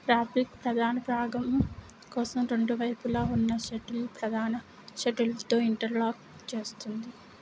fabric ప్రధాన భాగం కోసం రెండు వైపులా ఉన్న షటిల్ ప్రధాన షటిల్తో ఇంటర్లాక్ చేస్తుంది